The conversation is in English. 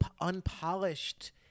unpolished